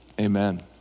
Amen